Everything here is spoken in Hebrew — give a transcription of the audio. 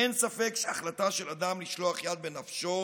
אין ספק שהחלטה של אדם לשלוח יד בנפשו